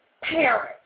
parents